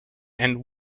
and